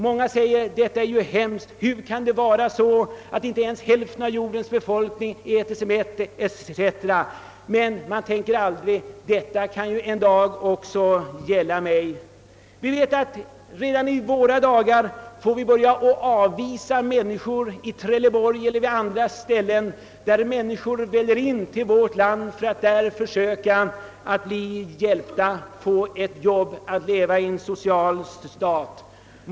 Många säger: Detta är hemskt, hur kan det vara så att inte ens hälften av jordens befolkning äter sig mätt? Men man tänker aldrig på att detta en dag också kan gälla en själv. Redan i våra dagar avvisar vi i Trelleborg elier på andra platser människor som försöker komma in till vårt land för att där försöka bli hjälpta få ett arbete och få leva i en social välfärdsstat.